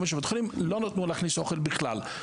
לא נתנו להכניס אוכל בכלל.